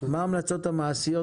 מה ההמלצות המעשיות,